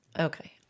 Okay